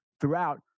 throughout